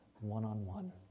one-on-one